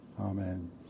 Amen